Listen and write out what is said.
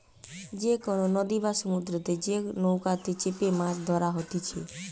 যে কোনো নদী বা সমুদ্রতে যে নৌকাতে চেপেমাছ ধরা হতিছে